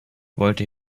wollte